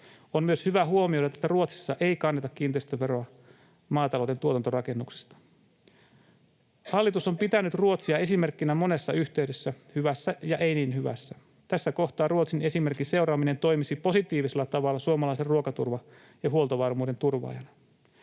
On hyvä myös huomioida, että Ruotsissa ei kanneta kiinteistöveroa maatalouden tuotantorakennuksista. Hallitus on pitänyt Ruotsia esimerkkinä monessa yhteydessä, hyvässä ja ei niin hyvässä. Tässä kohtaa Ruotsin esimerkin seuraaminen toimisi positiivisella tavalla suomalaisen ruokaturvan ja huoltovarmuuden turvaajana.